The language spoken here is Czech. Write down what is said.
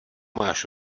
máš